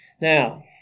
Now